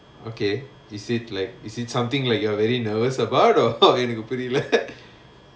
okay is it like is it something like you are very nervous or safado எனக்கு புரில:enakku purila